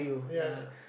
ya ya